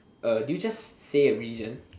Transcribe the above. uh did you just say a religion